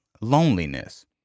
loneliness